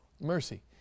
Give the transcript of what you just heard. Mercy